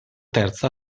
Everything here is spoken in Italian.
terza